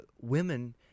women